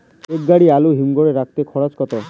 এক গাড়ি আলু হিমঘরে রাখতে খরচ কত?